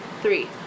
Three